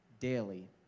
daily